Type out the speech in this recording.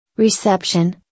Reception